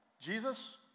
Jesus